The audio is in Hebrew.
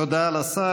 תודה לשר.